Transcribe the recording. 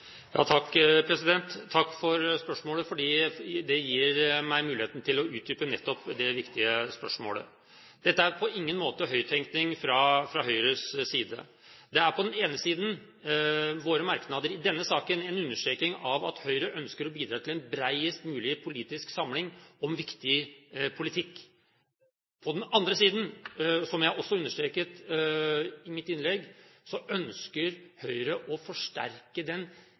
å utdype nettopp dette viktige spørsmålet. Dette er på ingen måte høyttenkning fra Høyres side. På den ene siden er våre merknader i denne saken en understrekning av at Høyre ønsker å bidra til en bredest mulig politisk samling om viktig politikk. På den andre siden, som jeg også understreket i mitt innlegg, ønsker Høyre å forsterke innsatsen og den